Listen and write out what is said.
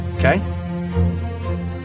Okay